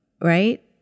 right